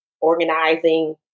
organizing